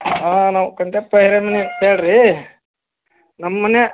ಹಾಂ ನಾವು ಕಂಟೆಪ್ಪ ಹಿರೇಮನಿ ಅಂತ ಹೇಳಿ ರೀ ನಮ್ಮ ಮನೆ